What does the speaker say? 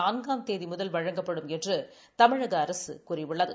நான்காம் தேதி முதல் வழங்கப்படும் என்று தமிழக அரசு கூறியுள்ளது